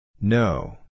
No